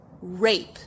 Rape